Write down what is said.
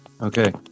Okay